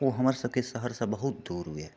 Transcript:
ओ हमर सभकेँ शहरसँ बहुत दूर यऽ